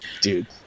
dude